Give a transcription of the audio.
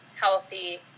healthy